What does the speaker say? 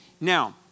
Now